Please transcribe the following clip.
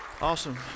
Awesome